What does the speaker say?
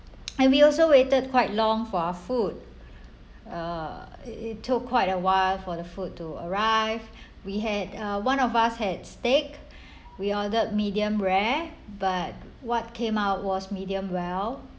and we also waited quite long for our food uh it it took quite a while for the food to arrive we had uh one of us had steak we ordered medium rare but what came out was medium well